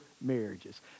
marriages